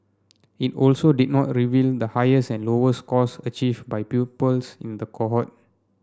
it also did not reveal the highest and lowest scores achieved by pupils in the cohort